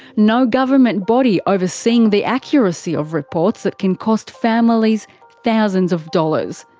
no government body overseeing the accuracy of reports that can cost families thousands of dollars.